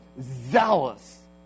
zealous